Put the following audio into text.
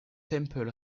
temple